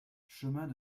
chemin